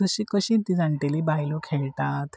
तशी कशी ती जाण्टेली बायलो खेळटात